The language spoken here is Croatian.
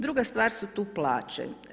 Druga stvar su tu plaće.